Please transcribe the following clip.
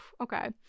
okay